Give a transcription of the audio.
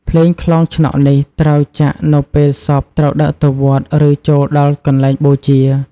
ភ្លេងខ្លងឆ្នក់ នេះត្រូវចាក់នៅពេលសពត្រូវដឹកទៅវត្ត ឬចូលដល់កន្លែងបូជា ។